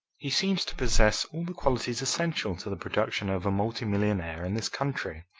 he seems to possess all the qualities essential to the production of a multimillionaire in this country.